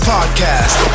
Podcast